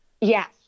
Yes